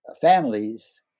families